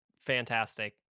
fantastic